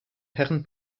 herren